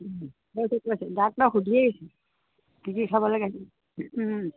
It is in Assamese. কৈছে কৈছে ডাক্তৰক সুধি আহিছোঁ কি কি খাব লাগে